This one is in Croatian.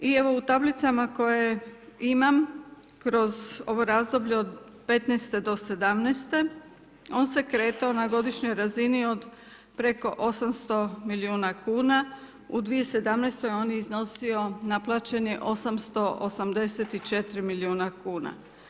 I evo u tablicama koje imam kroz ovo razdoblje od 2015. do 2017., on se kretao na godišnjoj razini od preko 800 milijuna kuna. u 2017. on je iznosio, naplaćen je 884 milijuna kuna.